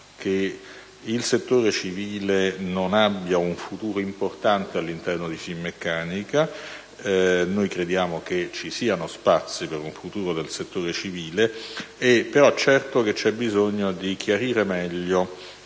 che il settore civile non abbia un futuro importante all'interno di Finmeccanica. Noi crediamo che ci siano spazi per un futuro del settore civile. È certo però che c'è bisogno di chiarire meglio